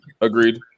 Agreed